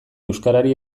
euskarari